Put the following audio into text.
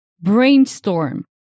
Brainstorm